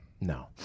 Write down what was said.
No